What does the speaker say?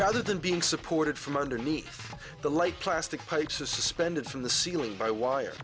rather than being supported from underneath the light plastic fake suspended from the ceiling by wire